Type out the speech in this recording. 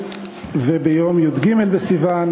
וביום י"ג בסיוון,